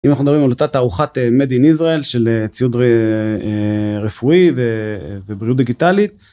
אם אנחנו מדברים על אותה תערוכת מיד אין ישראל של ציוד רפואי ובריאות דיגיטלית.